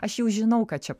aš jau žinau ką čia